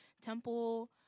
Temple